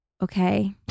okay